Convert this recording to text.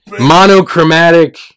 monochromatic